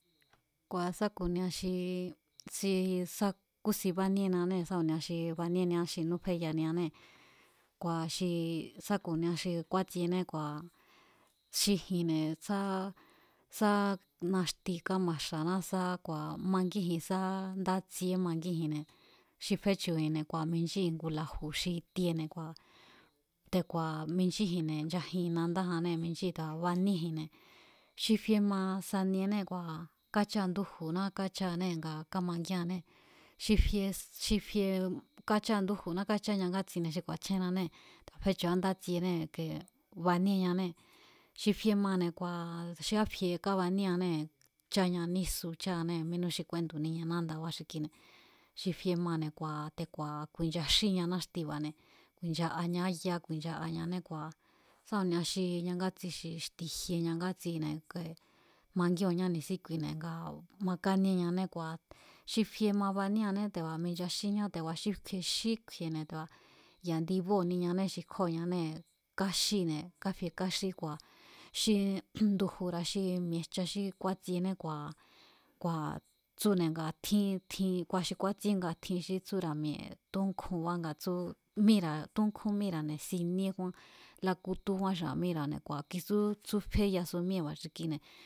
Kua̱ sá ku̱nia xi, xi sá kúsin báníénianée̱ sá ku̱nia xi baníénia xí núfeyanianée̱, kua̱ xi sá ku̱nia xi kúátsiené kua̱ xi ji̱nne̱ sá, sá naxti kámaxa̱ná sá ku̱a̱ mangíji̱n ndátsieé mangíji̱nne̱ xi féchu̱ji̱nne̱ kua̱ minchíji̱n ngu la̱ju̱ xi tiene̱ kua̱ te̱ku̱a̱ mijnchiji̱nne̱ nchajin nandájannée̱ mijchíji̱n, te̱ku̱a̱ baníéji̱nne̱ xi fie ma saniené kua kácháa ndúju̱ná kácháanée̱ nga kámangíané xi fie xi fie kácháa ndúju̱ná kácháña ngátsine̱ xi ku̱a̱chjénnanée̱ fécha̱á ndátsienée̱ kee, baníéñanée̱ xi fiemane̱ kua̱ xi káfie kábaníéanée̱ cháña nísu cháanée̱ mínú xi kúéndu̱nia nándabá xi kuine̱ xi fie mane̱ kua̱ te̱ku̱a̱ ku̱i̱nchaxíña náxtiba̱ne̱, ku̱i̱nchaañá yá ku̱i̱nchaañané kua̱ sá ku̱nia xi ñangátsi xi xti̱jie ñangátsine̱ ke mangíóo̱nñá ni̱síkuine̱ nga makáníeñané kua̱ xi fie ma baníéané te̱ku̱a̱ michaxíñá, te̱ku̱a̱ xi kju̱i̱e̱ xí kju̱i̱e̱ne̱ te̱ku̱a̱ ya̱ ndibóo̱niñané xi kjóo̱ñanée̱ káxíne̱ káfie káxí kua̱, xi unmm, ndu̱ju̱ra̱ xi mi̱e̱jchaxí kúátsiené kua̱, kua̱ tsúne̱ ngaa̱ tjín, tjin ku̱a̱ xí kúátsiee nga tjin xí tsúra̱ mi̱e̱ túnkjúnbá nga tsú, míra̱ túnkjún míra̱ne̱ siníé kjúán, lákútú kjúan xi a̱míra̱ene̱, kua̱ kuisú tsúféyasu míee̱ba̱ xi kine̱.